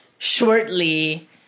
Shortly